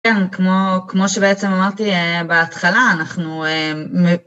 כן, כמו שבעצם אמרתי בהתחלה, אנחנו...